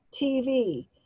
TV